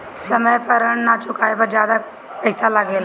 समय पर ऋण ना चुकाने पर ज्यादा पईसा लगेला?